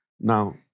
Now